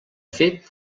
fet